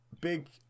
big